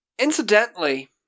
incidentally